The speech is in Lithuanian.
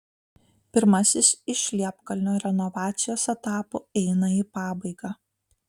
pirmasis iš liepkalnio renovacijos etapų eina į pabaigą